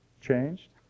changed